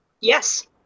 Yes